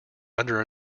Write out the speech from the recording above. under